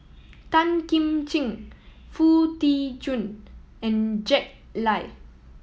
Tan Kim Ching Foo Tee Jun and Jack Lai